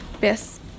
Yes